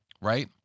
right